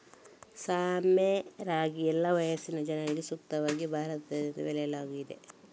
ಸಾಮೆ ರಾಗಿ ಎಲ್ಲಾ ವಯಸ್ಸಿನ ಜನರಿಗೆ ಸೂಕ್ತವಾಗಿದ್ದು ಭಾರತದಾದ್ಯಂತ ಬೆಳೆಯಲಾಗ್ತಿದೆ